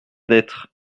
d’être